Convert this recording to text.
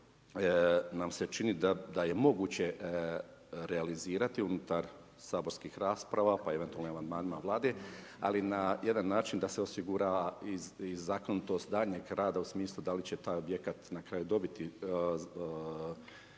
nam se čini da je moguće realizirati unutar saborskih rasprava pa eventualno i amandmanima vlade, ali na jedan način da se osigura i zakonitost daljnjeg rada u smislu da li će taj objekat na kraju dobiti rješenje